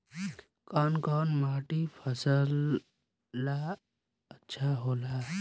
कौन कौनमाटी फसल ला अच्छा होला?